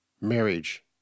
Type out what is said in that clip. Marriage